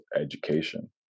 education